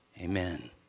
amen